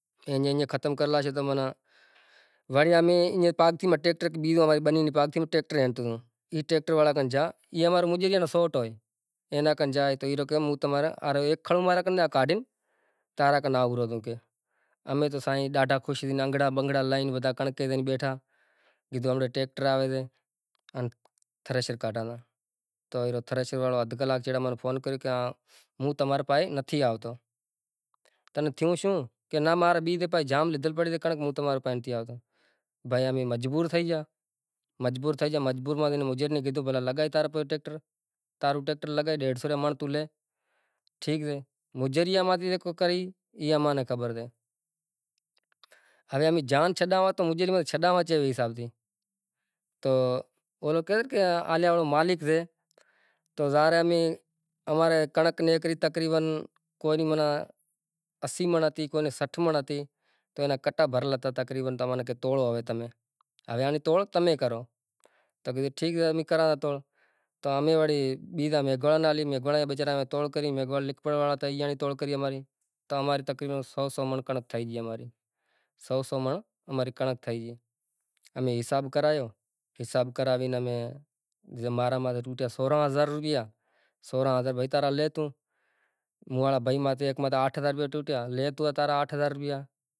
ہولی رو ڈینہں مطلب کھارکیوں تھئے گیوں، ماتر تھئے گئی گڑدھانڑی وغیرا تھئی ای مطلب سانڑا وگیرا تھے گیا بدہا مانڑاں بھیگا تھیا پسے مکاوے تقریبن ریتوں رواز رے حساب سیں پسے آنپڑے پویتر پانڑی میں تیروا لاگاں، پسے ہوارے نوں آپیں مٹکی باندہاں ساں بیزاں ناں مطلب رنگ بھی ہنڑاساں، رنگ بھی ہنڑاساں ائیں مٹکی وغیرہ پھوڑی وری ایک گوٹھ ماں پھوڑے وری بیزا گوٹھ میں، بیزا گوٹھ میں تھے وڑے تیزا گوٹھ میں رنگ بنگ ہنڑی وری ایئں زیلوا زاواں، کوئی ہاخ تھئے گئی زمڑائو تھے گیو یاں مطلب مطلب پانڑی سیں جھلے مطلب ڈینہں ختم تھے